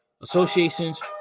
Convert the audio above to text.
associations